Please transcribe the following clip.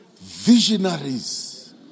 visionaries